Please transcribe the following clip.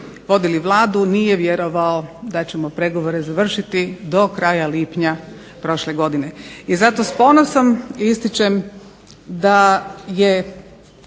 vodili Vladu nije vjerovao da ćemo pregovore završiti do kraja lipnja prošle godine. I zato s ponosom ističem da je